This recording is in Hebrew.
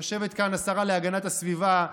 יושבת כאן השרה להגנת הסביבה,